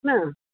न